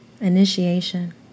initiation